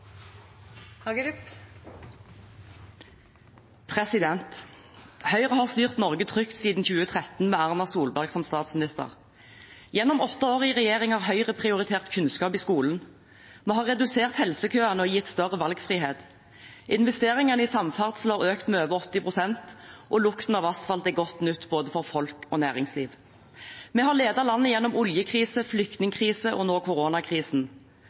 har styrt Norge trygt siden 2013 med Erna Solberg som statsminister. Gjennom åtte år i regjering har Høyre prioritert kunnskap i skolen. Vi har redusert helsekøene og gitt større valgfrihet. Investeringene i samferdsel har økt med over 80 pst. Og lukten av asfalt er godt nytt for både folk og næringsliv. Vi har ledet landet gjennom oljekrise, flyktningkrise og nå koronakrisen.